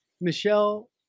Michelle